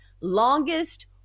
longest